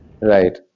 Right